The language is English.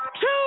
two